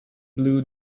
blew